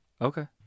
Okay